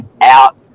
out